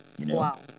Wow